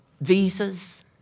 visas